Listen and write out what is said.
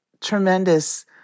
tremendous